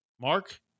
Mark